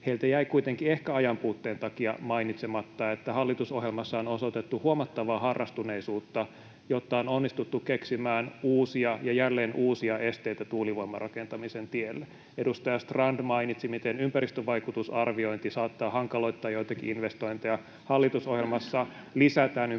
Heiltä jäi kuitenkin ehkä ajanpuutteen takia mainitsematta, että hallitusohjelmassa on osoitettu huomattavaa harrastuneisuutta, jotta on onnistuttu keksimään uusia ja jälleen uusia esteitä tuulivoiman rakentamisen tielle. Edustaja Strand mainitsi, miten ympäristövaikutusarviointi saattaa hankaloittaa joitakin investointeja. Hallitusohjelmassa lisätään ympäristövaikutusten arviointia